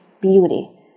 beauty